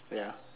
yeah